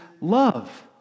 love